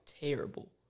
terrible